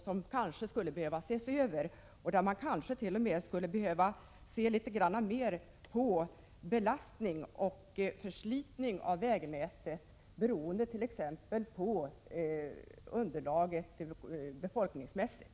Det kanske skulle behöva ses över, och kanske skulle man t.o.m. mer beakta belastning och förslitning av vägnätet, beroende på t.ex. befolkningsunderlaget.